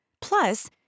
Plus